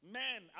man